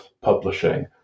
publishing